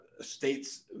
states